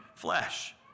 Flesh